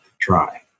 try